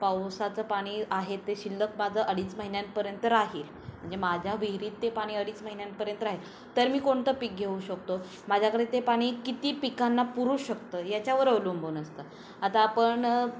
पावसाचं पाणी आहे ते शिल्लक माझं अडीच महिन्यांपर्यंत राहील म्हणजे माझ्या विहिरीत ते पाणी अडीच महिन्यांपर्यंत राहील तर मी कोणतं पीक घेऊ शकतो माझ्याकडे ते पाणी किती पिकांना पुरू शकतं याच्यावर अवलंबून असतं आता आपण